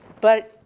but,